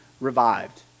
revived